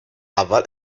اول